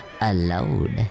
alone